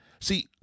see